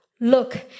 Look